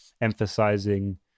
emphasizing